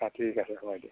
বাকী গাখীৰ খোৱাই দিওঁ